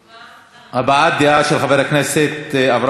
הבעת דעה של חבר הכנסת אברהם נגוסה.